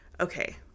okay